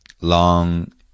long